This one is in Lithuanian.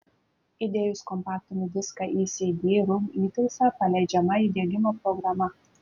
įdėjus kompaktinį diską į cd rom įtaisą paleidžiama įdiegimo programa